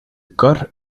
kar